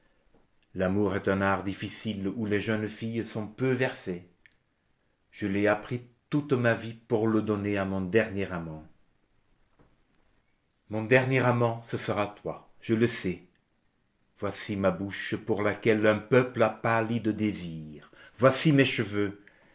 l'amour est un art difficile où les jeunes filles sont peu versées je l'ai appris toute ma vie pour le donner à mon dernier amant mon dernier amant ce sera toi je le sais voici ma bouche pour laquelle un peuple a pâli de désir voici mes cheveux